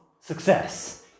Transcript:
success